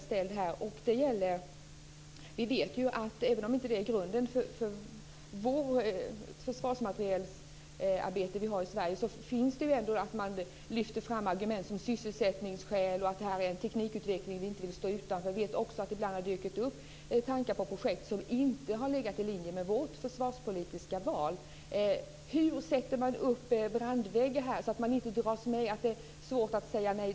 Vi vet ju att det, även om det inte är grunden för det arbete med försvarsmateriel som vi har i Sverige, finns sådant som att man lyfter fram argument som sysselsättningsskäl och att det här är en teknikutveckling som vi inte vill stå utanför. Vi vet också att det ibland har dykt upp tankar på projekt som inte har legat i linje med vårt försvarspolitiska val. Hur sätter man upp brandväggar här så att man inte dras med, att det är svårt att säga nej?